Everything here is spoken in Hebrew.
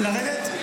לרדת?